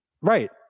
Right